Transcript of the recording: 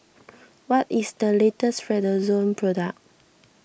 what is the latest Redoxon product